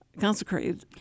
consecrated